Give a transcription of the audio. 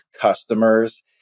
customers